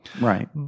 Right